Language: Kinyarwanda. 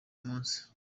munsi